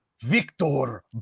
Victor